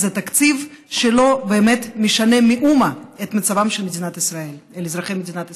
זה תקציב שלא באמת משנה במאומה את מצבם של אזרחי מדינת ישראל.